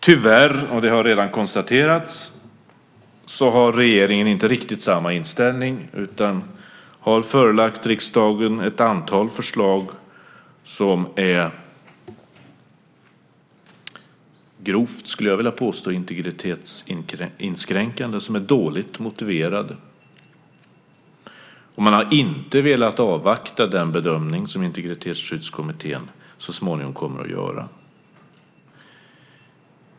Tyvärr - och det har redan konstaterats - har regeringen inte riktigt samma inställning utan har förelagt riksdagen ett antal förslag som är grovt, skulle jag vilja påstå, integritetsinskränkande, som är dåligt motiverade. Man har inte velat avvakta den bedömning som Integritetsskyddskommittén så småningom kommer att göra.